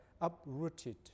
uprooted